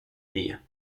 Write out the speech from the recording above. día